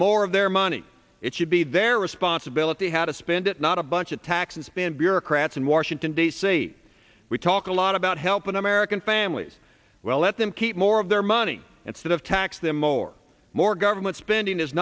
more of their money it should be their responsibility how to spend it not a bunch of tax and spend bureaucrats in washington d c we talk a lot about helping american families well let them keep more of their money and sort of tax them more more government spending is